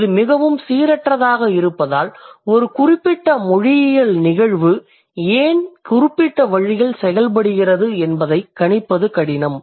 இது மிகவும் சீரற்றதாக இருப்பதால் ஒரு குறிப்பிட்ட மொழியியல் நிகழ்வு ஏன் ஒரு குறிப்பிட்ட வழியில் செயல்படுகிறது என்பதைக் கணிப்பது கடினம்